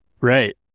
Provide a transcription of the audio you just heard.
Right